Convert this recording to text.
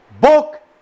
book